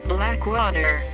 Blackwater